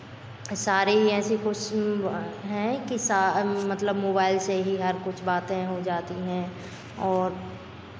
सारे ही ऐसे है कि सा मतलब मोबाइल से ही हर कुछ बातें हो जाती हैं और